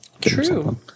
True